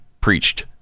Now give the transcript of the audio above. preached